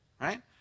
right